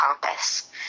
compass